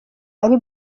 ari